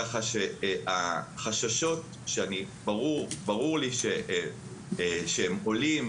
כך שהחששות שברור לי שהם עולים,